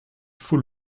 faut